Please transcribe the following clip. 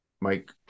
Mike